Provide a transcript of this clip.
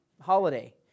holiday